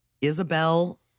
Isabel